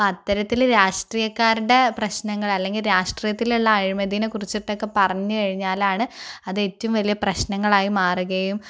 അത്തരത്തില് രാഷ്ട്രീയക്കാരുടെ പ്രശ്നങ്ങൾ അല്ലെങ്കിൽ രാഷ്ട്രീയത്തിലുള്ള അഴിമതിനെ കുറിച്ചിട്ടോക്കെ പറഞ്ഞു കഴിഞ്ഞാലാണ് അത് ഏറ്റവും വലിയ പ്രശ്നങ്ങളായി മാറുകയും